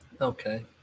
Okay